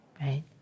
right